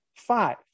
five